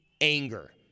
anger